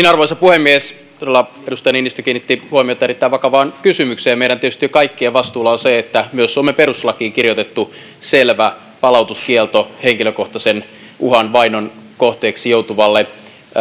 arvoisa puhemies todella edustaja niinistö kiinnitti huomiota erittäin vakavaan kysymykseen tietysti meidän kaikkien vastuulla on se että myös suomen perustuslakiin kirjoitettu selvä palautuskielto henkilökohtaisen uhan vainon kohteeksi joutuvalle